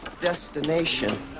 destination